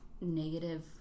negative